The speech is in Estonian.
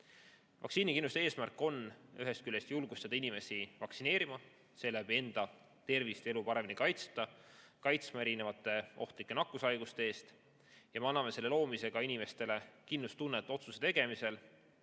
Vaktsiinikindlustuse eesmärk on ühest küljest julgustada inimesi vaktsineerima, seeläbi enda tervist ja elu paremini kaitsma erinevate ohtlike nakkushaiguste eest. Me anname selle loomisega inimestele kindlustunnet otsuste tegemisel